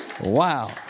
Wow